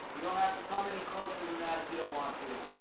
you don't have to come any closer than that if you don't want to.